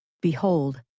Behold